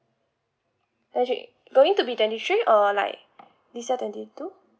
three going to be twenty three or like this year twenty two